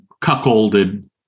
cuckolded